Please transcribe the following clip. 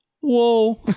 Whoa